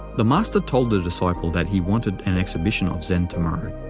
the master told the disciple that he wanted an exhibition of zen tomorrow.